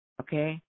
okay